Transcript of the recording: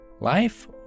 life